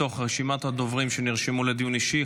מתוך רשימת הדוברים שנרשמו לדיון אישי,